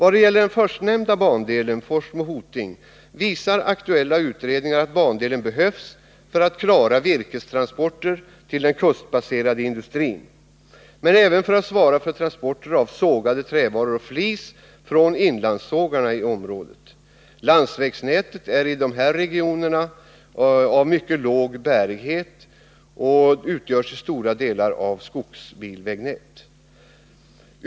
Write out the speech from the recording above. Aktuella utredningar visar att bandelen Forsmo-Hoting behövs för att klara virkestransporter till den kustbaserade industrin men även för att svara för transporter av sågade trävaror och flis från inlandssågarna i området. Landsvägsnätet är i dessa regioner av mycket låg bärighet och utgörs till stor del av skogsvägar.